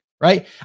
right